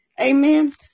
Amen